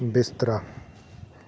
ਬਿਸਤਰਾ